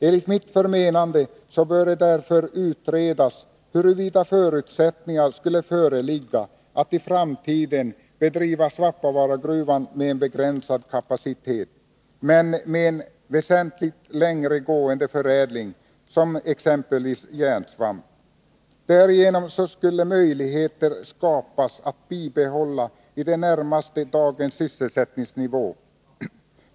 Enligt mitt förmenande bör det därför utredas huruvida förutsättningar föreligger att i framtiden driva Svappavaaragruvan med en begränsad kapacitet, men med en väsentligt längre gående förädling, exempelvis järnsvampstillverkning. Därigenom skulle möjligheter skapas att bibehålla i det närmaste dagens sysselsättningsnivå.